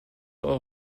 eure